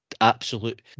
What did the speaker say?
absolute